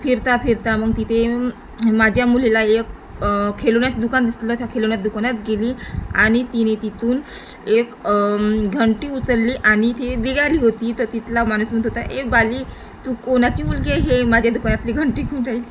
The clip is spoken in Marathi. फिरता फिरता मग तिथे माझ्या मुलीला एक खेळण्याचं दुकान दिसलेलं त्या खेळण्यात दुकानात गेली आणि तिने तिथून एक घंटी उचलली आणि ती निघाली होती तर तिथला माणूस म्हणत होता ये बाली तू कोणाची मुलगी आहे माझ्या दुकानातली घंटी घेऊन राय